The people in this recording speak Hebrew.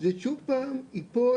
זה שוב פעם ייפול,